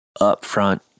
upfront